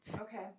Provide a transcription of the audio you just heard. okay